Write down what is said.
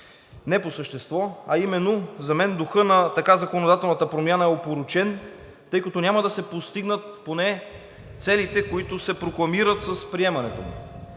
не по същество, а именно за мен духът на законодателната промяна е опорочен, тъй като няма да се постигнат поне целите, които се прокламират с приемането му.